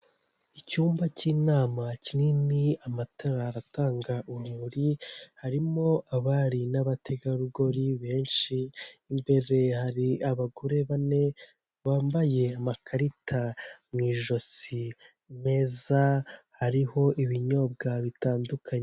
Icyumba k'inama kinini amatarari atanga urumuri, harimo abari n'abategarugori benshi, imbere hari abagore bane bambaye amakarita mu ijosi meza, hariho ibinyobwa bitandukanye.